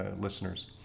listeners